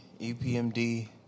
EPMD